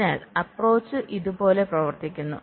അതിനാൽഅപ്പ്രോച്ച് ഇതുപോലെ പ്രവർത്തിക്കുന്നു